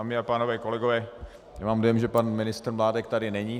Dámy a pánové, kolegové, mám dojem, že pan ministr Mládek tady není.